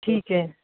ਠੀਕ ਏ